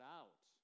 out